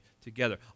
together